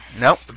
Nope